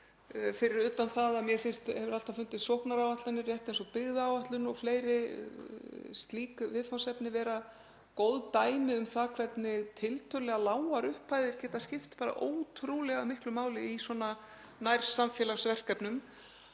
fyrir utan það að mér hafa alltaf fundist sóknaráætlanir, rétt eins og byggðaáætlun og fleiri slík viðfangsefni, góð dæmi um það hvernig tiltölulega lágar upphæðir geta skipt ótrúlega miklu máli í nærsamfélagsverkefnum